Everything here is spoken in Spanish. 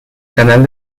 canal